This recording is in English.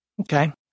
Okay